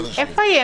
בנוסף,